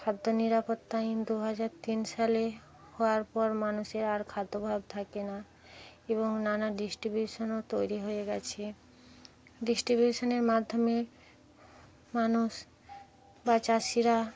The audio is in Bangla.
খাদ্য নিরাপত্তা আইন দু হাজার তিন সালে হওয়ার পর মানুষের আর খাদ্যাভাব থাকে না এবং নানা ডিস্ট্রিবিউশনও তৈরি হয়ে গেছে ডিস্ট্রিবিউশনের মাধ্যমে মানুষ বা চাষীরা